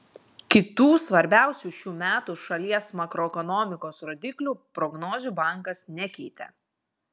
kitų svarbiausių šių metų šalies makroekonomikos rodiklių prognozių bankas nekeitė